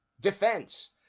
defense